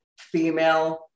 female